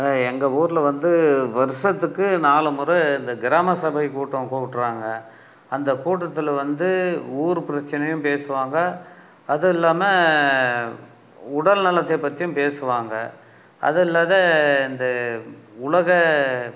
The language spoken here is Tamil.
எங்கள் ஊரில் வந்து வருடத்துக்கு நாலு முறை இந்த கிராம சபை கூட்டம் கூட்டுறாங்க அந்த கூட்டத்தில் வந்து ஊர் பிரச்சனையும் பேசுவாங்க அதுவும் இல்லாமல் உடல் நலத்தை பற்றியும் பேசுவாங்க அது இல்லாத இந்த உலக